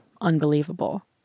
unbelievable